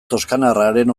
toskanarraren